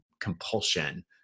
compulsion